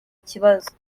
ikibazo